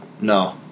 No